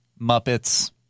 Muppets